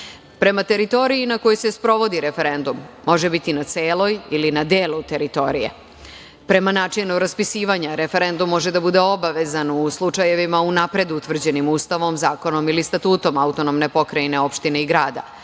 Prema teritoriji na kojoj se sprovodi referendum, može biti na celoj ili na delu teritorije. Prema načinu raspisivanja, referendum može da bude obavezan u slučajevima unapred utvrđenim Ustavom, zakonom ili statutom autonomne pokrajine, opštine ili grada